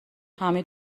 حمید